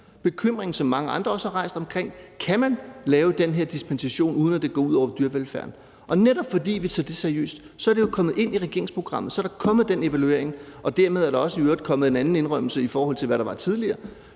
bekymring, som mange andre også har rejst, om, om man kan lave den her dispensation, uden at det går ud over dyrevelfærden. Og netop fordi vi tager det seriøst, er det jo kommet ind i regeringsprogrammet. Så er der kommet den evaluering, og dermed er der i øvrigt også kommet en anden indrømmelse, i forhold til hvad der var tidligere